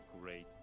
great